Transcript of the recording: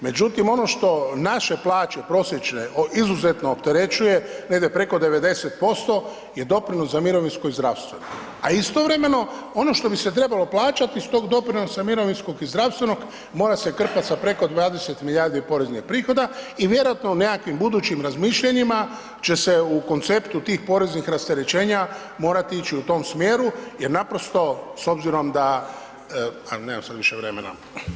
Međutim ono što naše plaće prosječne, izuzetno opterećuje negdje preko 90% je doprinos za mirovinsko i zdravstveno a istovremeno, ono što bise trebalo plaćati iz tog doprinosa mirovinskog i zdravstvenog, mora se krpat sa preko 20 milijardi poreznih prihoda i vjerojatno u nekakvim budućim razmišljanjima će se u konceptu tih poreznih rasterećenja morat ić u tom smjeru jer naprosto s obzirom da, ali nemam sad više vremena.